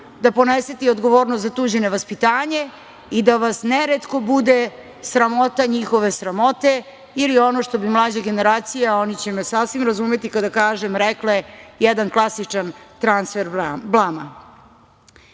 da ponesete i odgovornost za tuđe nevaspitanje i da vas neretko bude sramota njihove sramote ili ono što bi mlađe generacije, a oni će me sasvim razumeti kada kažem, rekle – jedan klasičan transfer blama.U